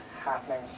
happening